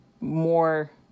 more